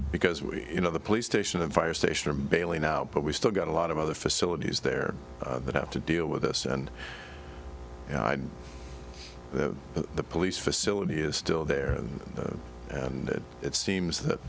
because we you know the police station and fire station are bailing out but we still got a lot of other facilities there that have to deal with us and the police facility is still there and it seems that